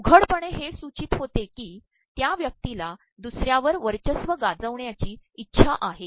उघडपणानेहे सूचचत होते की त्या व्यक्तीला दसु र्यावर वचयस्त्व गाजवण्याची इच्छा आहे